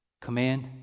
command